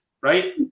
Right